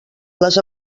les